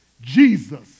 Jesus